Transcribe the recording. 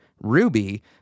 Ruby